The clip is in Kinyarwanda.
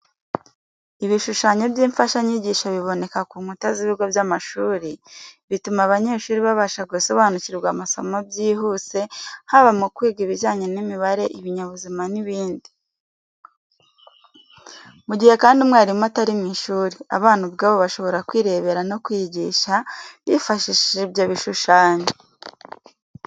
Ibishushanyo by’imfashanyigisho biboneka ku nkuta z'ibigo by'amashuri, bituma abanyeshuri babasha gusobanukirwa amasomo byihuse, haba mu kwiga ibijyanye n’imibare, ibinyabuzima n’ibindi. Mu gihe kandi umwarimu atari mu ishuri, abana ubwabo bashobora kwirebera no kwiyigisha bifashishije ibyo bishushanyo.